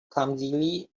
clumsily